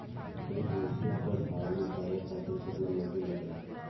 एक metric ton आलू उतारे खातिर केतना मजदूरी लागेला?